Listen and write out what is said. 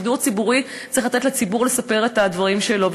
בשידור ציבורי צריך לתת לציבור לספר את הדברים שלו.